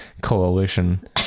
coalition